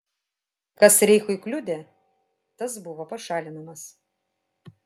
kas reichui kliudė tas buvo pašalinamas